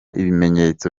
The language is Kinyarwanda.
ibimenyetso